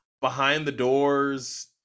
behind-the-doors